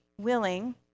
willing